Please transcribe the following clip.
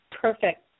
Perfect